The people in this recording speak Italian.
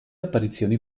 apparizioni